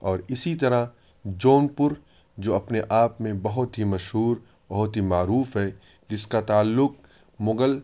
اور اسی طرح جون پور جو اپنے آپ میں بہت ہی مشہور بہت ہی معروف ہے جس کا تعلق مغل